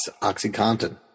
OxyContin